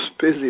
busy